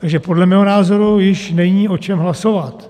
Takže podle mého názoru již není o čem hlasovat.